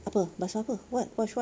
apa basuh apa what wash what